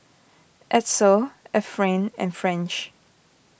Edsel Efrain and French